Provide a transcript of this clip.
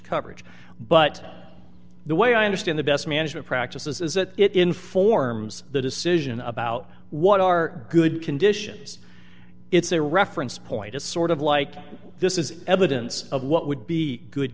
coverage but the way i understand the best management practices is that it informs the decision about what are good conditions it's a reference point it's sort of like this is evidence of what would be good